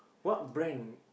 what brand